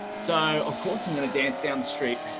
so of course, i'm going to dance down the street.